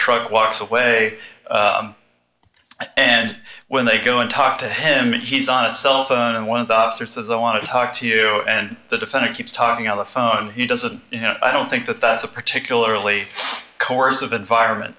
truck walks away and when they go and talk to him he's on a cell phone and one of the officer says i want to talk to you and the defendant keeps talking on the phone he doesn't you know i don't think that that's a particularly coercive environment